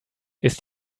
ist